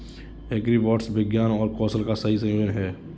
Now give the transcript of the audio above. agribots विज्ञान और कौशल का सही संयोजन हैं